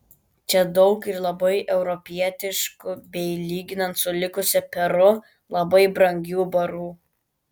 čia daug ir labai europietiškų bei lyginant su likusia peru labai brangių barų